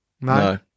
No